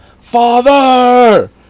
Father